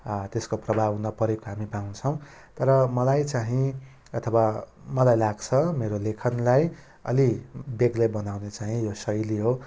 त्यसको प्रभाव नपरेको हामी पाउँछौँ र मलाई चाहिँ अथवा मलाई लाग्छ मेरो लेखनलाई अलि बेग्लै बनाउन चाहिँ यो शैली हो